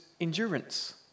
endurance